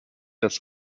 das